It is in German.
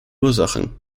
ursachen